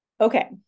Okay